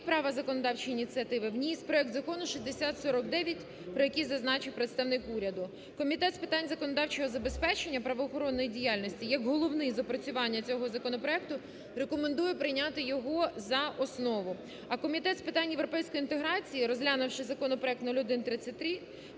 права законодавчої ініціативи вніс проект закону 6049, про який зазначив представник уряду. Комітет з питань законодавчого забезпечення правоохоронної діяльності, як головний з опрацювання цього законопроекту, рекомендує прийняти його за основу, а Комітет з питань європейської інтеграції, розглянувши законопроект 0133,